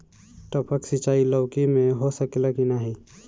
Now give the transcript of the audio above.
टपक सिंचाई लौकी में हो सकेला की नाही?